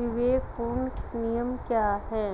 विवेकपूर्ण नियम क्या हैं?